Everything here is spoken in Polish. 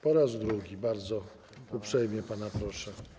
Po raz drugi bardzo uprzejmie pana proszę.